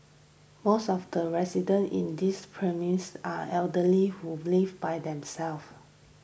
most of the residents in this precinct are elderly who live by themselves